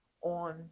on